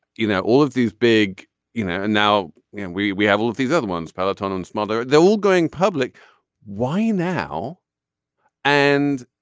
you know all of these big you know and now and we we have all of these other ones peloton on smother they're all going public why now and